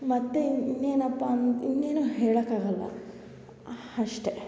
ಮತ್ತು ಇನ್ನೇನಪ್ಪ ಅನ್ ಇನ್ನೇನು ಹೇಳಕ್ಕೆ ಆಗಲ್ಲ ಅಷ್ಟೇ